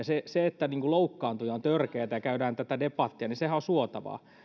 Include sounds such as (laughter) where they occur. (unintelligible) se se että loukkaantuu ja että on törkeätä että käydään tätä debattia sehän on suotavaa